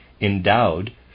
endowed